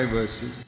verses